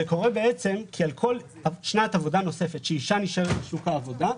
זה קורה בעצם כי על כל שנת עבודה נוספת שאישה נשארת בשוק העבודה,